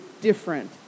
different